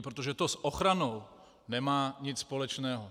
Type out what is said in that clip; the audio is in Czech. Protože to s ochranou nemá nic společného.